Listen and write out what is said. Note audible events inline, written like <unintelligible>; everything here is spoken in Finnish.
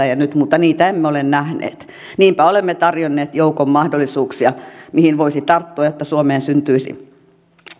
<unintelligible> ja nyt mutta niitä emme ole nähneet niinpä olemme tarjonneet joukon mahdollisuuksia mihin voisi tarttua jotta suomeen syntyisi